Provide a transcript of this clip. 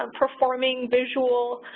um performing, visual,